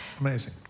amazing